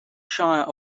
shire